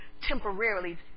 temporarily